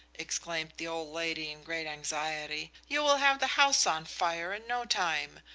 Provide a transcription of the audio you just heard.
exclaimed the old lady in great anxiety, you will have the house on fire in no time!